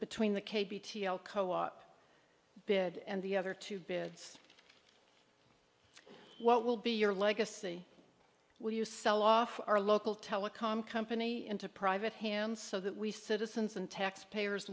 between the k b co op bid and the other two bids what will be your legacy will you sell off our local telecom company into private hands so that we citizens and taxpayers